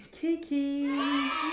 Kiki